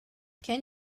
can